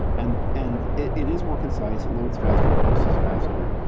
and and it it is more concise. it loads faster, parses faster,